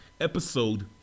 episode